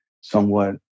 somewhat